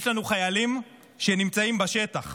יש לנו חיילים שנמצאים בשטח,